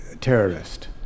terrorist